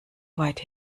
weit